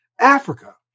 Africa